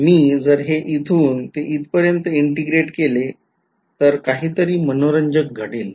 पण मी जर हे इथून ते इथपर्यन्त integrate केले तर काहीतरी मनोरंजक घडेल